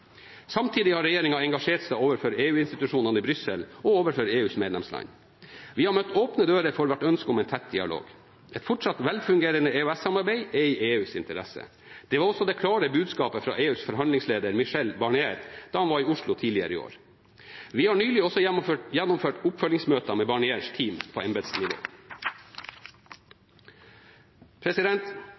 Samtidig har regjeringen engasjert seg overfor EU-institusjonene i Brussel og overfor EUs medlemsland. Vi har møtt åpne dører for vårt ønske om en tett dialog. Et fortsatt velfungerende EØS-samarbeid er i EUs interesse. Det var også det klare budskapet fra EUs forhandlingsleder Michel Barnier da han var i Oslo tidligere i år. Vi har nylig også gjennomført oppfølgingsmøter med Barniers team på embetsnivå.